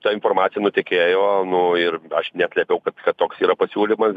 ta informacija nutekėjo nu ir aš neslėpiau kad kad toks yra pasiūlymas